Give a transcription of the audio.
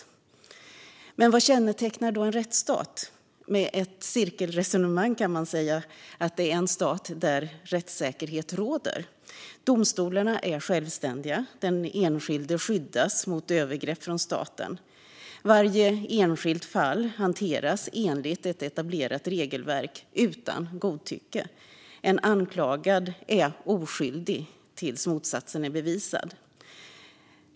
Vad kännetecknar då en rättsstat? Med ett cirkelresonemang kan man säga att en rättsstat är en stat där rättssäkerhet råder, där domstolarna är självständiga, där den enskilde skyddas mot övergrepp från staten, där varje enskilt fall hanteras enligt ett etablerat regelverk, utan godtycke, och där en anklagad är oskyldig till dess att motsatsen är bevisad.